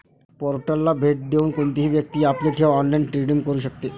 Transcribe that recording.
पोर्टलला भेट देऊन कोणतीही व्यक्ती आपली ठेव ऑनलाइन रिडीम करू शकते